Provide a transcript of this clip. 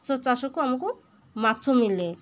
ମାଛ ଚାଷକୁ ଆମକୁ ମାଛ ମିଳେ